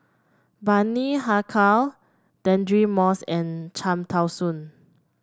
Bani Haykal Deirdre Moss and Cham Tao Soon